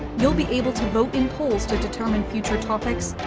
you'll be able to vote in polls to determine future topics,